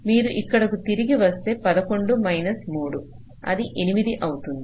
మీరు ఇక్కడకు తిరిగి వస్తే 11 మైనస్ 3 అది 8 అవుతుంది